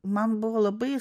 man buvo labai